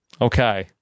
Okay